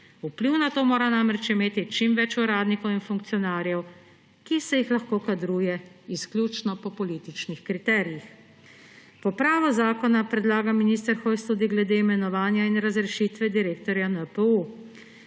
Vpliv na to mora namreč imeti čim več uradnikov in funkcionarjev, ki se jih lahko kadruje izključno po političnih kriterij. Popravo zakona predlaga minister Hojs tudi glede imenovanja in razrešitve direktorja NPU.